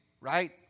right